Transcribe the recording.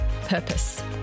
Purpose